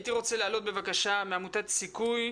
הייתי רוצה להעלות בבקשה מעמותת סיכוי,